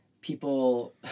people